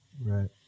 Right